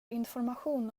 information